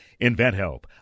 InventHelp